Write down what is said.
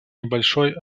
небольшой